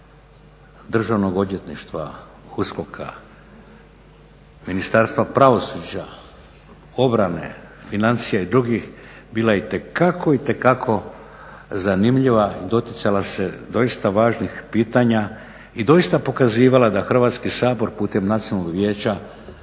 Državnog odvjetništva, USKOK-a, Ministarstva pravosuđa, obrane, financija i drugih, bila itekako, itekako zanimljiva i doticala se doista važnih pitanja i doista pokazivala da Hrvatski sabor putem Nacionalnog vijeća